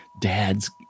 dad's